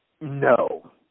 no